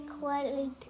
quietly